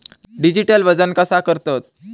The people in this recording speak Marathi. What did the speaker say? डिजिटल वजन कसा करतत?